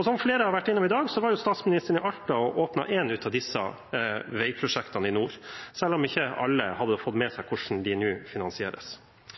Som flere har vært innom i dag, var statsministeren i Alta og åpnet én av disse veiprosjektene i nord, selv om ikke alle hadde fått med seg hvordan de nå finansieres.